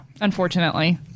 unfortunately